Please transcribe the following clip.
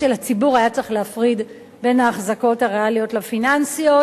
של הציבור היה צריך להפריד בין האחזקות הריאליות לפיננסיות,